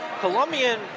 colombian